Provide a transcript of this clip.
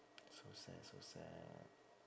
so sad so sad